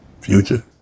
Future